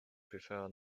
prefer